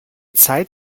zeit